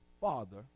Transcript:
father